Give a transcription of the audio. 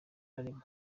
arimo